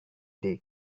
they